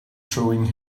chewing